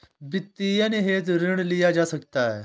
वित्तीयन हेतु ऋण लिया जा सकता है